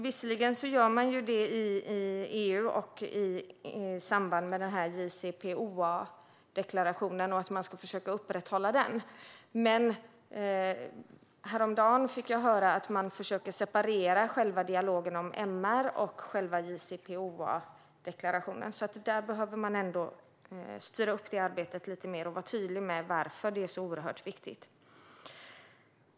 Visserligen gör man detta i EU i samband med JCPOA-deklarationen och att den ska försöka upprätthållas. Häromdagen fick jag dock höra att man försöker separera dialogen om MR-frågor och JCPOA-deklarationen. Man behöver styra upp detta arbete lite mer och vara tydlig med varför det är så oerhört viktigt.